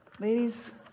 Ladies